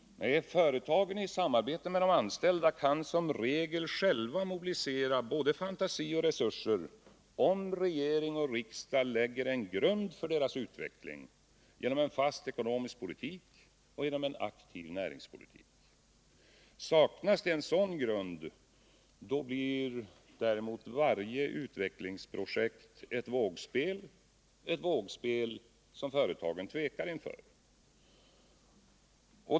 Företagen i samarbete med de anställda kan som regel själva mobilisera både fantasi och resurser, om regering och riksdag lägger en grund för deras utveckling genom en fast ekonomisk politik och en aktiv näringspolitik. Saknas det en sådan grund blir varje utvecklingsprojekt däremot ett vågspel, som företagen tvekar inför.